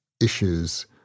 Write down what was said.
issues